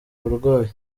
abarwayi